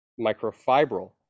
microfibril